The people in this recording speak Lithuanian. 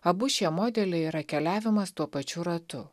abu šie modeliai yra keliavimas tuo pačiu ratu